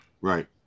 Right